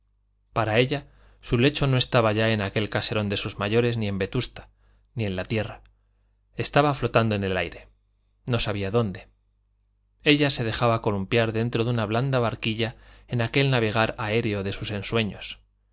para ella su lecho no estaba ya en aquel caserón de sus mayores ni en vetusta ni en la tierra estaba flotando en el aire no sabía dónde ella se dejaba columpiar dentro de la blanda barquilla en aquel navegar aéreo de sus ensueños